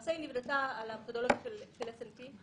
למעשה היא נבנתה על המתודולוגיה של SNP,